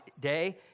day